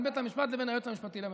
בית המשפט לבין היועץ המשפטי לממשלה.